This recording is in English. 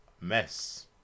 mess